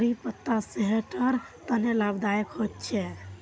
करी पत्ता सेहटर तने लाभदायक होचे